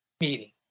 meeting